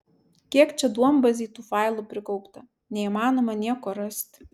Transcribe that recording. kiek čia duombazėj tų failų prikaupta neįmanoma nieko rast